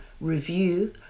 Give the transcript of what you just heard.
review